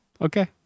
Okay